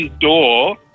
door